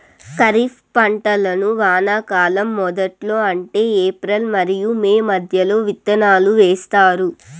ఖరీఫ్ పంటలను వానాకాలం మొదట్లో అంటే ఏప్రిల్ మరియు మే మధ్యలో విత్తనాలు వేస్తారు